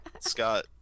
Scott